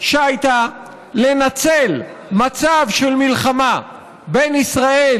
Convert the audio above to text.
שהייתה לנצל מצב של מלחמה בין ישראל